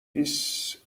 هیس